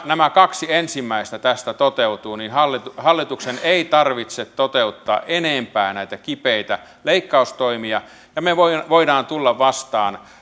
nämä kaksi ensimmäistä tästä toteutuvat niin hallituksen hallituksen ei tarvitse toteuttaa enempää näitä kipeitä leikkaustoimia ja me voimme tulla vastaan